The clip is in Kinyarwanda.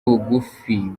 bugufi